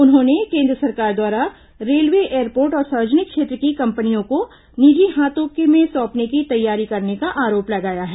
उन्होंने केन्द्र सरकार द्वारा रेलवे एयरपोर्ट और सार्वजनिक क्षेत्र की कंपनियों को निजी हाथों में सौंपने की तैयारी करने का आरोप लगाया है